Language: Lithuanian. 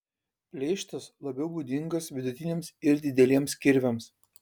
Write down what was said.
pleištas labiau būdingas vidutiniams ir dideliems kirviams